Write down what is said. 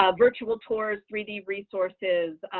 um virtual tours, three d resources.